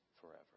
forever